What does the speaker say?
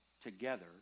together